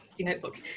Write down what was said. notebook